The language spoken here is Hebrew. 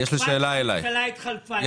חבל שהממשלה התחלפה,